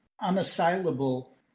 Unassailable